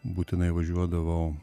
būtinai važiuodavau